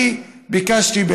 אני ביקשתי,